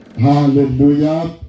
Hallelujah